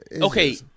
Okay